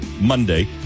Monday